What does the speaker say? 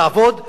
לעבוד, לעבוד.